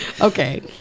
Okay